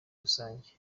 rusange